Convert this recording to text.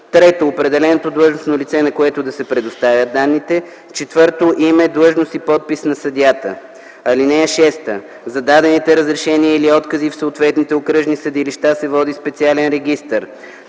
3. определеното длъжностно лице, на което да се предоставят данните; 4. име, длъжност и подпис на съдията. (6) За дадените разрешения или откази в съответните окръжни съдилища се води специален регистър,